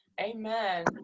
amen